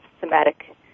somatic